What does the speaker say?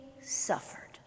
suffered